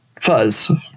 fuzz